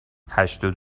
هشتاد